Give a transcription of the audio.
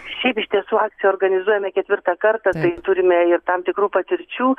šiaip iš tiesų akciją organizuojame ketvirtą kartą tai turime ir tam tikrų patirčių